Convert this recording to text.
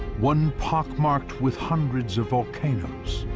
one pockmarked with hundreds of volcanoes,